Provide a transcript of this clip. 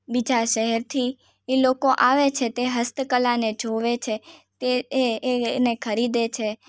બીજા શહેરથી એ લોકો આવે છે તે હસ્ત કલાને જોવે છે તે એ એને ખરીદે છે